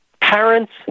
parents